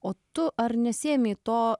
o tu ar nesiėmei to